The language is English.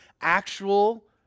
actual